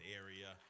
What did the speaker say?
area